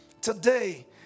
today